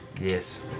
Yes